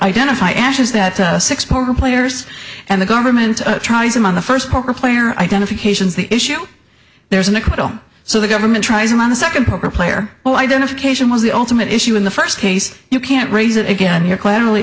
identify ashes that six poker players and the government tries them on the first poker player identifications the issue there's an acquittal so the government tries him on the second poker player well identification was the ultimate issue in the first case you can't raise it again here clearly